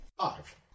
Five